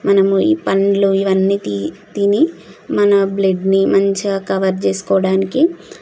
మనము ఈ పండ్లు ఇవన్నీ తిని మన బ్లడ్ని మంచిగా కవర్ చేసుకోవడానికి చాలా